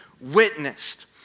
witnessed